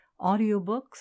audiobooks